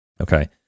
okay